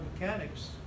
mechanics